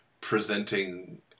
presenting